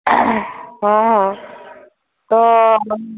ହଁ ହଁ ତ